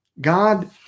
God